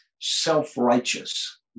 self-righteous